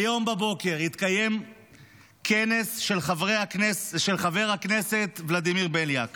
הבוקר התקיים כנס של חבר הכנסת ולדימיר בליאק